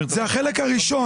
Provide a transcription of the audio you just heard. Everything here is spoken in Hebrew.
זה החלק הראשון.